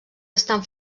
estan